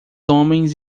homens